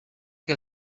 que